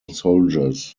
soldiers